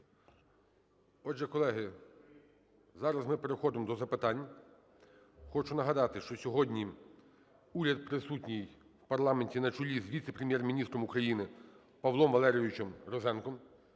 Отже, колеги, зараз ми переходимо до запитань. Хочу нагадати, що сьогодні уряд присутній у парламенті на чолі з віце-прем'єр-міністром України Павлом Валерійовичем Розенком,